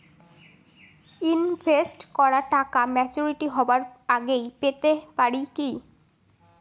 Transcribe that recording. Invest করা টাকা maturity হবার আগেই পেতে পারি কি?